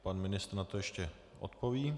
Pan ministr na to ještě odpoví.